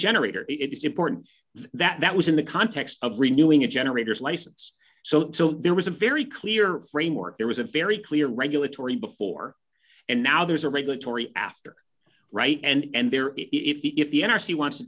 generator it's important that that was in the context of renewing a generator's license so there was a very clear framework there was a very clear regulatory before and now there's a regulatory after right and there if the n r c wants to